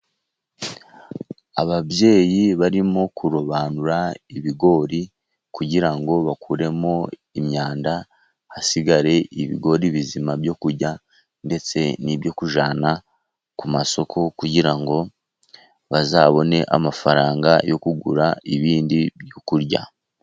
Ababyeyi barimo kurobanura ibigori kugira ngo bakuremo imyanda, hasigare ibigori bizima byo kurya, ndetse n'ibyo kujyana ku masoko, kugira ngo bazabone amafaranga yo kugura ibindi byo kurya.